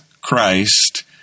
Christ